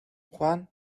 juan